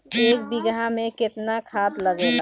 एक बिगहा में केतना खाद लागेला?